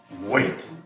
Wait